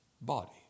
body